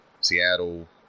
Seattle